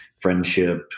friendship